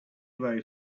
very